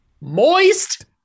Moist